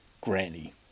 Granny